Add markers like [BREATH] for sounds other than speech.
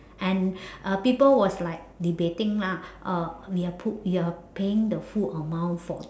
and [BREATH] uh people was like debating lah uh we are p~ we are paying the full amount for